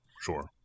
Sure